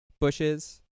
bushes